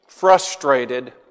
frustrated